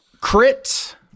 Crit